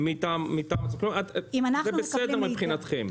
זה בסדר מבחינתכם.